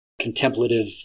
contemplative